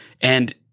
And-